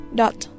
dot